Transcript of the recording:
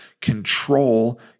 control